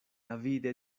avide